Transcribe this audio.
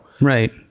Right